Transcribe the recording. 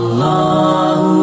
Allah